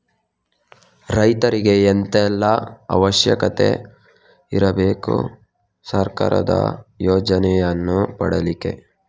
ರೈತರಿಗೆ ಎಂತ ಎಲ್ಲಾ ಅವಶ್ಯಕತೆ ಇರ್ಬೇಕು ಸರ್ಕಾರದ ಯೋಜನೆಯನ್ನು ಪಡೆಲಿಕ್ಕೆ?